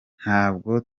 ntabwo